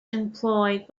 employed